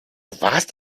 warst